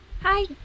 Hi